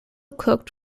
cooked